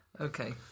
Okay